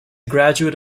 graduate